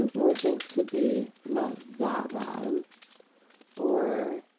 and or things could be not that bad or